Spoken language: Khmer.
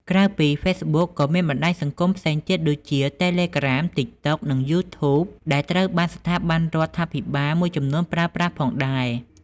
ក្រៅពី Facebook ក៏មានបណ្ដាញសង្គមផ្សេងទៀតដូចជា Telegram, TikTok និង YouTube ដែលត្រូវបានស្ថាប័នរដ្ឋាភិបាលមួយចំនួនប្រើប្រាស់ផងដែរ។។